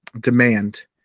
demand